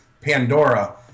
Pandora